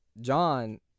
John